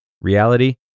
Reality